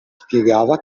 spiegava